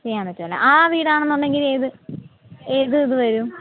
ചെയ്യാൻ പറ്റില്ലേ ആ വീടാണ് എന്നുണ്ടെങ്കിൽ ഏത് ഏത് ഇത് വരും